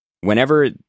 whenever